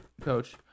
Coach